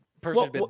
person